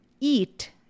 eat